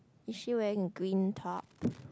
is she wearing green top